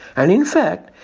and in fact,